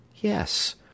Yes